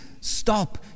stop